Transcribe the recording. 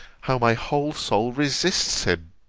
how my whole soul resists him